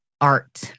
art